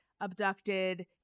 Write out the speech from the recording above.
abducted